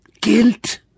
Guilt